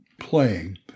playing